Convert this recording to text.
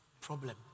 problem